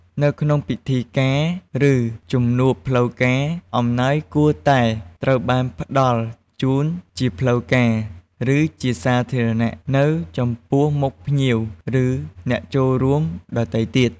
នៅក្នុងពិធីការ ឬជំនួបផ្លូវការ អំណោយគួរតែត្រូវបានផ្តល់ជូន ជាផ្លូវការ ឬជាសាធារណៈ នៅចំពោះមុខភ្ញៀវ ឬអ្នកចូលរួមដទៃទៀត។